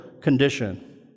condition